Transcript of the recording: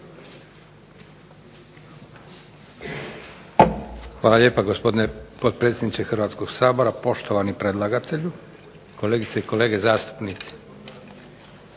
Hvala lijepa gospodine potpredsjedniče Hrvatskog sabora, poštovani predlagatelju, kolegice i kolege zastupnici.